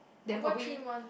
then probably